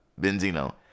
Benzino